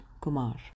Kumar